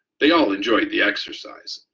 they all enjoyed the exercise,